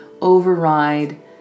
override